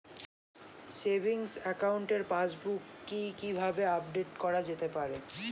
Savings একাউন্টের passbook কি কিভাবে আপডেট করা যেতে পারে?